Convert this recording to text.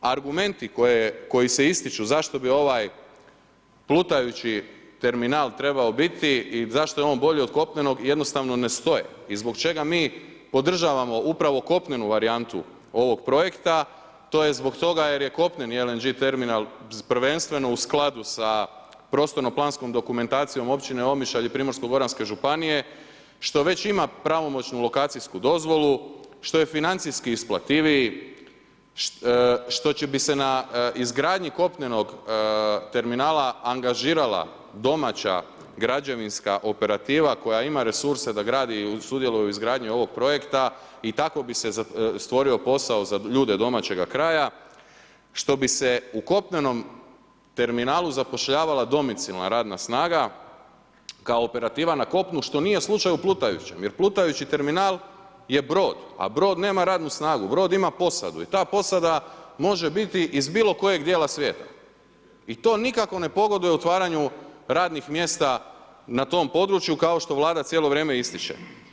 Argumenti koji se ističu zašto bi ovaj plutajući terminal trebao biti i zašto je on bolji od kopnenog, jednostavno ne stoje i zbog čega mi podržavamo upravo kopnenu varijantu ovog projekta, to je zbog toga je jer kopneni LNG terminal prvenstveno u skladu sa prostorno-planskom dokumentacijom Općine Omišalj i PGŽ-a što već ima pravomoćnu lokacijsku dozvolu, što je financijski isplativiji, što bi se na izgradnji kopnenog terminala angažirala domaća građevinska operativa koja ima resurse da gradi i sudjeluje u izgradnji ovog projekta i tako bi se stvorio posao za ljude domaćega kraja, što bi se u kopnenu terminalu zapošljavala domicilna radna snaga kao operativa na kopnu što nije slučaj u plutajućem jer plutajući terminal je brod a brod nema radnu snagu, brod ima posadu i ta posada može biti iz bilokojeg djela svijeta i to nikako ne pogoduje otvaranju radnih mjesta na tom području kao što Vlada cijelo vrijeme ističe.